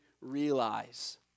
realize